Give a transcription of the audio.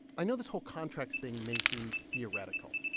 i know this whole contracts thing may seem theoretical.